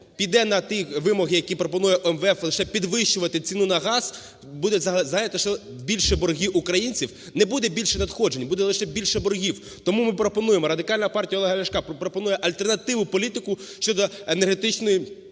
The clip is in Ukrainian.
піде на ті вимоги, які пропонує МВФ, лише підвищувати ціну на газ, будуть ще більші борги українців. Не буде більше надходжень, буде лише більше боргів. Тому ми пропонуємо, Радикальна партія Олега Ляшка пропонує альтернативну політику щодо енергетичної